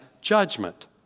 judgment